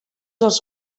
els